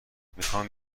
میخایم